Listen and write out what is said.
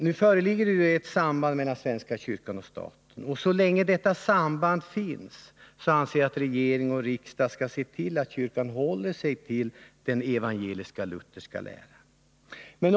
Nu föreligger det ett samband mellan svenska kyrkan och staten. Så länge detta samband finns anser jag att regering och riksdag skall se till att kyrkan håller sig till den evangelisk-lutherska läran.